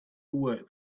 work